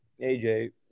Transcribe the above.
AJ